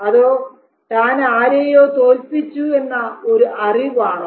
അതോ താൻ ആരെയോ തോൽപ്പിച്ചു എന്ന ഒരു അറിവാണോ